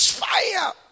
fire